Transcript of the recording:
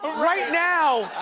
right now.